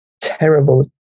terrible